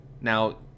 now